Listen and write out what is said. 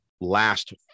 last